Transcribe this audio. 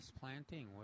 planting